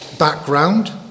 background